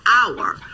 hour